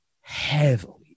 heavily